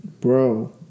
Bro